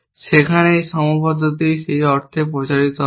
সেখানেই এই সীমাবদ্ধতাটি সেই অর্থে প্রচারিত হবে